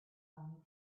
own